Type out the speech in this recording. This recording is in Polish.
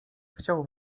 chciał